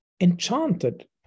enchanted